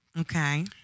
Okay